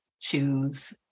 choose